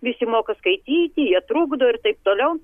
visi moka skaityti jie trukdo ir taip toliau